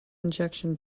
injection